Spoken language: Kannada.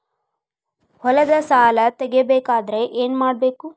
ಹೊಲದ ಸಾಲ ತಗೋಬೇಕಾದ್ರೆ ಏನ್ಮಾಡಬೇಕು?